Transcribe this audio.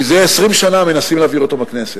זה 20 שנה מנסים להעביר אותו בכנסת.